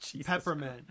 peppermint